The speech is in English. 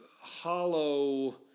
hollow